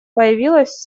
появилась